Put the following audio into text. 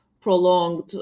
prolonged